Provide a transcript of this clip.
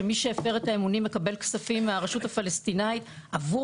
שמי שהפר את האמונים מקבל כספים מהרשות הפלסטינית עבור